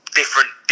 different